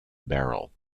barrel